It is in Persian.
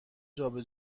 جابه